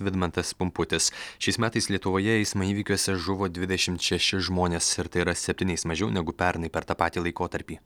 vidmantas pumputis šiais metais lietuvoje eismo įvykiuose žuvo dvidešimt šeši žmonės ir tai yra septyniais mažiau negu pernai per tą patį laikotarpį